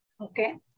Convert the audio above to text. okay